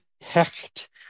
hecht